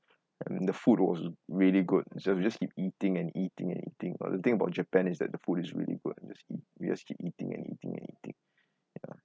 the food was really good so we just keep eating and eating and eating uh the thing about japan is that the food is really good you just eat we just keep eating and eating and eating ya